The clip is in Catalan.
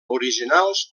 originals